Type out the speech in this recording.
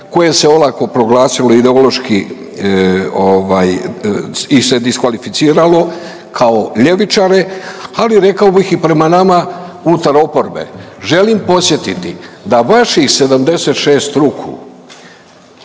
koje se olako proglasilo ideološki, ovaj, ih se diskvalificiralo kao ljevičare ali rekao bih i prema nama unutar oporbe. Želim podsjetiti da vaših 76 ruku